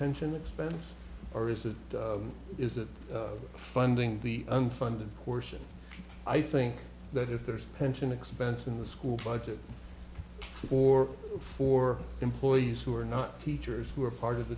pension expense or is it is that funding the unfunded portion i think that if there's pension expense in the school budget or for employees who are not teachers who are part of the